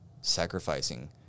sacrificing